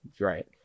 right